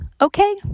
okay